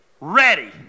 ready